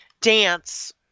dance